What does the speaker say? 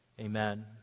Amen